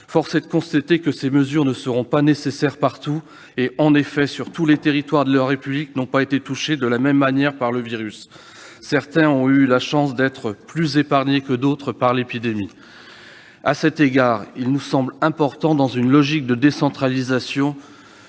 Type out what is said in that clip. Force est de constater qu'elles ne seront pas nécessaires partout, car tous les territoires de la République n'ont pas été touchés de la même manière par le virus- certains ont eu la chance d'être plus épargnés que d'autres. De ce fait, il nous semble important, dans une logique de décentralisation,